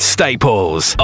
Staples